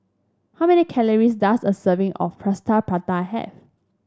how many calories does a serving of Plaster Prata have